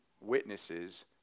witnesses